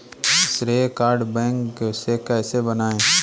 श्रेय card bank से कैसे बनवाएं?